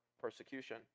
persecution